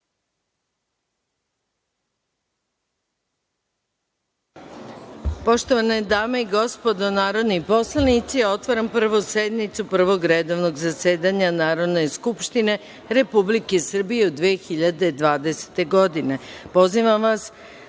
Poštovane dame i gospodo narodni poslanici, otvaram Prvu sednicu Prvog redovnog zasedanja Narodne skupštine Republike Srbije u 2020. godini. Pozivam vas